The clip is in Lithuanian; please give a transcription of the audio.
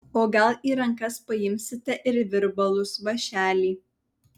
o gal į rankas paimsite ir virbalus vąšelį